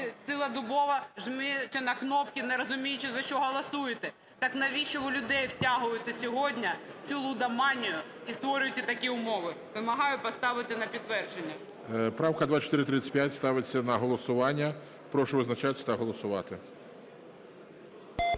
цілодобово жмете на кнопки, не розуміючи, за що голосуєте. Так навіщо ви людей втягуєте сьогодні в цю лудоманію і створюєте такі умови? Вимагаю поставити на підтвердження. ГОЛОВУЮЧИЙ. Правка 2435 ставиться на голосування. Прошу визначатись та голосувати.